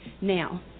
Now